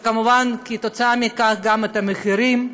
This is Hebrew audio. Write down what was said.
וכמובן, כתוצאה מכך גם את המחירים.